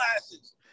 glasses